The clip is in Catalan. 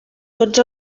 tots